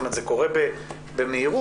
זה קורה במהירות.